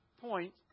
point